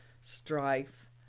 strife